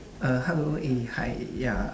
uh hello eh hi ya